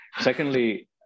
Secondly